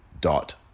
dot